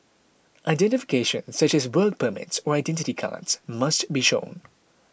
identification such as work permits or Identity Cards must be shown